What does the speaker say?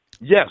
Yes